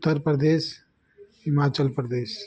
Uttar Pradesh Himachal Pradesh